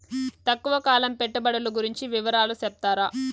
తక్కువ కాలం పెట్టుబడులు గురించి వివరాలు సెప్తారా?